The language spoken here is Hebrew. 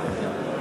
אם כן,